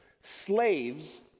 Slaves